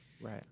Right